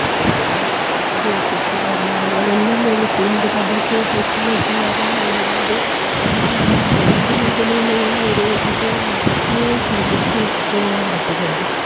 അതു പോലെ തന്നെ ജെ പി എച്ച്മാരെ അങ്ങനെയെല്ലാം നിയമിച്ചത് കൊണ്ട് പബ്ലിക് ഹെൽത്ത് നേഴ്സുമാർ എല്ലാം ഉള്ളതുകൊണ്ട് നമ്മളെ ആരോഗ്യമേഖലയിലുള്ള ഒരു ഇത് നമുക്ക് സ്മൂത്തായിട്ട് പോവാൻ പറ്റുന്നുണ്ട്